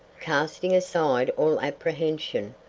casting aside all apprehension,